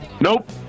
Nope